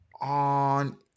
on